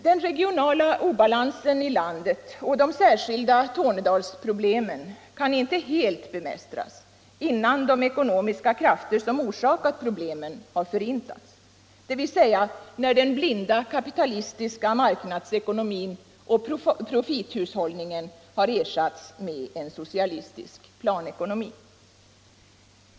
Den regionala obalansen i landet och de särskilda Tornedalsproblemen kan inte helt bemästras innan de ekonomiska krafter som orsakat pro blemen har förintats, dvs. när den blinda kapitalistiska marknadsekonomin och profithushållningen ersatts med en socialistisk planekonomi.